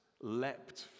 leapt